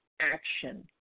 action